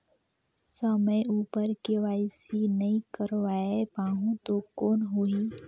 समय उपर के.वाई.सी नइ करवाय पाहुं तो कौन होही?